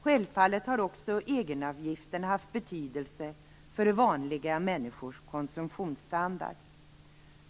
Självfallet har också egenavgifterna haft betydelse för vanliga människors konsumtionsstandard.